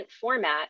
format